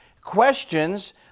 Questions